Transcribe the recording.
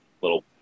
little